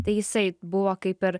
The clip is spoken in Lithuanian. tai jisai buvo kaip ir